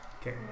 Okay